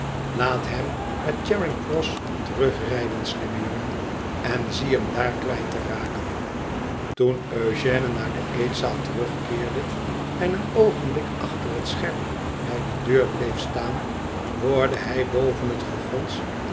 laat hem naar charing cross terugrijden slimme jongen en zie hem daar kwijt te raken toen eugène naar de eetzaal terugkeerde en een oogenblik achter het scherm bij de deur bleef staan hoorde hij boven het gebons